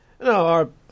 No